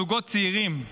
זוגות צעירים,